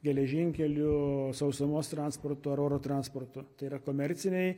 geležinkeliu sausumos transportu ar oro transportu tai yra komerciniai